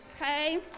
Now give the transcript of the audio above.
okay